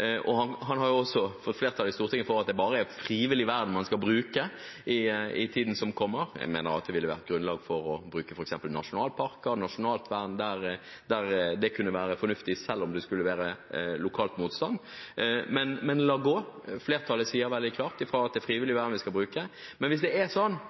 og han har også fått flertall i Stortinget for at det bare er frivillig vern man skal bruke i tiden som kommer. Jeg mener at det ville vært grunnlag for å bruke f.eks. nasjonalparker, nasjonalt vern der det kunne være fornuftig, selv om det skulle være lokal motstand – men la gå. Flertallet sier veldig klart fra om at det er frivillig vern vi skal bruke. Men hvis det er sånn